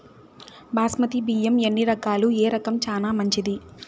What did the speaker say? బాస్మతి బియ్యం ఎన్ని రకాలు, ఏ రకం చానా మంచిది?